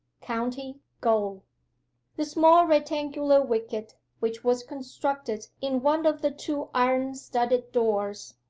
county gaol the small rectangular wicket, which was constructed in one of the two iron-studded doors,